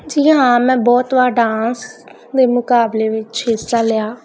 ਜੀ ਹਾਂ ਮੈਂ ਬਹੁਤ ਵਾਰ ਡਾਂਸ ਦੇ ਮੁਕਾਬਲੇ ਵਿੱਚ ਹਿੱਸਾ ਲਿਆ